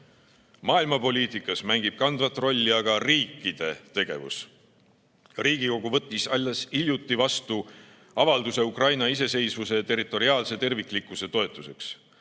Maailma poliitikas mängib kandvat rolli aga riikide tegevus. Riigikogu võttis alles hiljuti vastu avalduse Ukraina iseseisvuse ja territoriaalse terviklikkuse toetuseks.